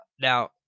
Now